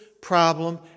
problem